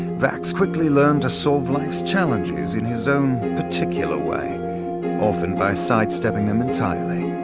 vax quickly learned to solve life's challenges in his own particular way often by side-stepping them entirely.